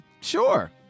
Sure